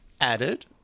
added